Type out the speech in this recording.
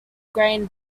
grain